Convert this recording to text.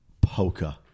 poker